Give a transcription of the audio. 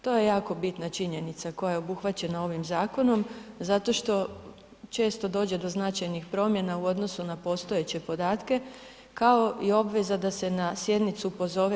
To je jako bitna činjenica koja je obuhvaćena ovim zakonom zato što često dođe do značajnih promjena u odnosu na postojeće podatke kao i obveza da se na sjednicu pozove